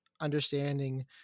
understanding